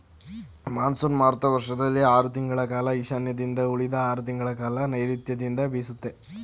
monsoon ಮಾರುತ ವರ್ಷದಲ್ಲಿ ಆರ್ ತಿಂಗಳ ಕಾಲ ಈಶಾನ್ಯದಿಂದ ಉಳಿದ ಆರ್ ತಿಂಗಳಕಾಲ ನೈರುತ್ಯದಿಂದ ಬೀಸುತ್ತೆ